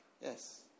Yes